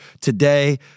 today